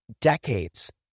decades